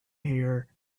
here